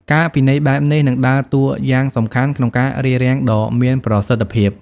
ការពិន័យបែបនេះនឹងដើរតួយ៉ាងសំខាន់ ក្នុងការរារាំងដ៏មានប្រសិទ្ធភាព។